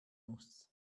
muss